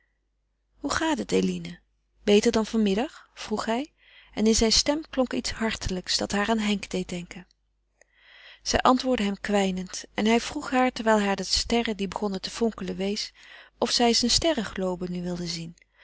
hoe gaat het eline beter dan van middag vroeg hij en in zijn stem klonk iets hartelijks dat haar aan henk deed denken zij antwoordde hem kwijnend en hij vroeg haar terwijl hij haar de sterren die begonnen te fonkelen wees of zij zijn sterrenglobe nu wilde zien